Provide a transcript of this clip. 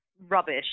rubbish